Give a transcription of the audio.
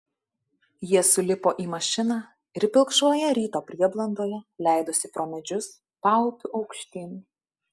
jie sulipo į mašiną ir pilkšvoje ryto prieblandoje leidosi pro medžius paupiu aukštyn